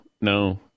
no